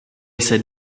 said